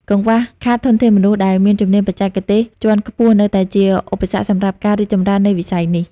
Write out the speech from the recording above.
កង្វះខាតធនធានមនុស្សដែលមានជំនាញបច្ចេកទេសជាន់ខ្ពស់នៅតែជាឧបសគ្គសម្រាប់ការរីកចម្រើននៃវិស័យនេះ។